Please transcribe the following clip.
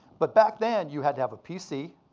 but back then, you had to have a pc.